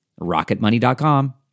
rocketmoney.com